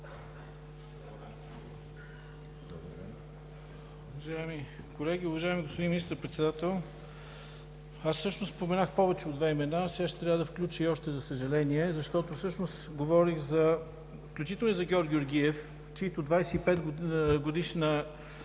Уважаеми колеги, уважаеми господин Министър-председател! Аз също споменах повече от две имена, сега ще трябва да включа и още, за съжаление, защото всъщност говорих включително и за Георг Георгиев, чийто 25-годишен